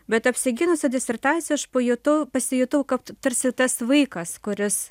bet apsigynusi disertaciją aš pajutau pasijutau kad tarsi tas vaikas kuris